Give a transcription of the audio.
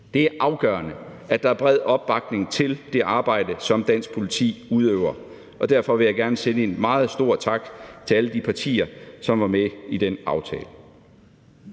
Det er afgørende, at der er bred opbakning til det arbejde, som dansk politi udøver, og derfor vil jeg gerne sende en meget stor tak til alle de partier, som var med i den aftale.